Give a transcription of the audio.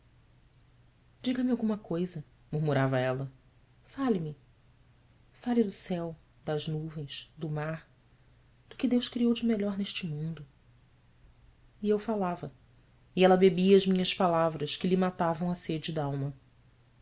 diga-me alguma coisa murmurava ela ale me ale do céu das nuvens do mar do que deus criou de melhor neste mundo e eu falava e ela bebia as minhas palavras que lhe matavam a sede d'alma